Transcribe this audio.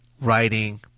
writing